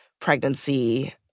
pregnancy